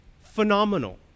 phenomenal